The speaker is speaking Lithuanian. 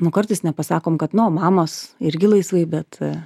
nu kartais nepasakom kad nu o mamos irgi laisvai bet